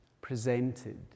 presented